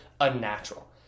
unnatural